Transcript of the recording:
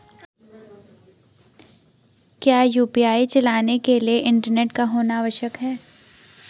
क्या यु.पी.आई चलाने के लिए इंटरनेट का होना आवश्यक है?